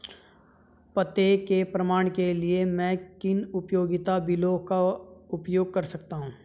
पते के प्रमाण के लिए मैं किन उपयोगिता बिलों का उपयोग कर सकता हूँ?